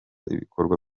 ibikorwa